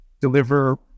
deliver